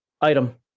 item